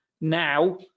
Now